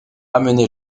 amené